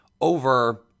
over